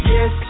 Yes